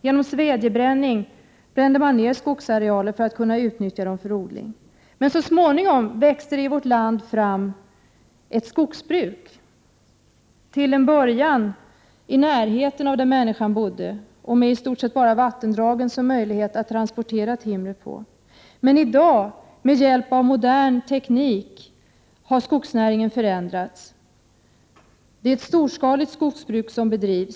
Genom svedjebränning brände man ner skogsarealer för att kunna utnyttja dem för odling. Så småningom växte det i vårt land fram ett skogsbruk, till en början i närheten av människans bostad, och man använde i stort sett bara vattendragen för att transportera timret. Men i dag, med hjälp av modern teknik, har skogsnäringen förändrats. I dag bedrivs ett storskaligt skogsbruk.